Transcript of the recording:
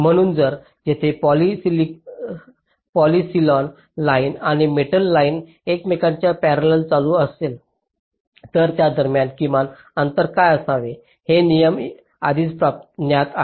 म्हणून जर तेथे पॉलिसिलॉन लाइन आणि मेटल लाइन एकमेकांच्या पॅरेलाल चालू असेल तर त्या दरम्यान किमान अंतर काय असावे हे नियम आधीच ज्ञात आहेत